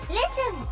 listen